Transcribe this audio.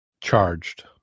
charged